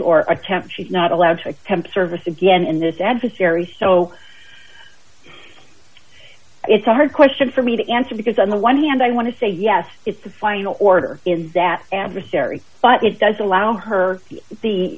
or attempt she's not allowed to service again in this adversary so it's a hard question for me to answer because on the one hand i want to say yes it's a fine order that adversary but it does allow her